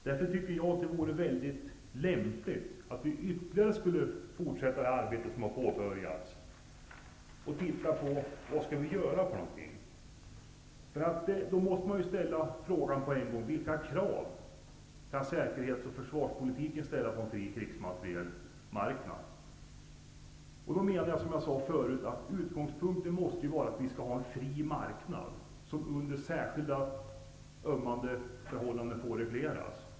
Därför tycker jag att det vore väldigt lämpligt att ytterligare fortsätta det arbete som har påbörjats och titta på vad vi skall göra för någonting. Då måste man på en gång ställa frågan: Vilka krav kan säkerhets och försvarspolitiken ställa på en fri krigsmaterielsmarknad? Jag menar, som jag sade förut, att utgångspunkten måste vara att vi skall ha en fri marknad, som under särskilt ömmande förhållanden får regleras.